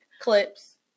Clips